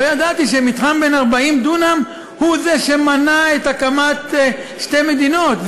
לא ידעתי שמתחם בן 40 דונם הוא שמנע את הקמת שתי מדינות.